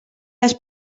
les